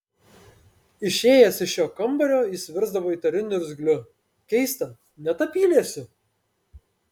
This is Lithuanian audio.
išėjęs iš šio kambario jis virsdavo įtariu niurgzliu keista net apyliesiu